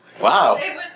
Wow